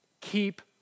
keep